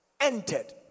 entered